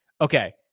Okay